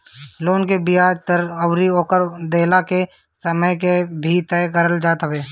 loan के बियाज दर अउरी ओकर देहला के समय के भी तय करल जात हवे